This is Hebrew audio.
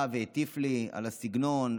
שבא והטיף לי על הסגנון,